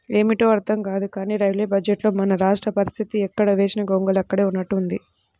ఏమిటో అర్థం కాదు కానీ రైల్వే బడ్జెట్లో మన రాష్ట్ర పరిస్తితి ఎక్కడ వేసిన గొంగళి అక్కడే ఉన్నట్లుగా ఉంది